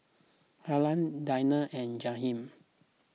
Halle Dina and Jahiem